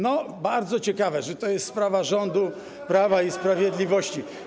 No, bardzo ciekawe, że to jest sprawa rządu Prawa i Sprawiedliwości.